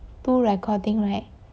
two recording right